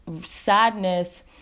sadness